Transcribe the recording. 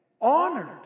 honored